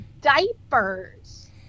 diapers